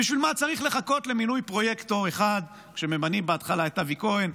בשביל מה צריך לחכות למינוי פרויקטור אחד כשממנים בהתחלה את אבי כהן,